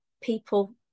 people